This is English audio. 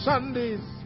Sunday's